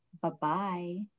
bye-bye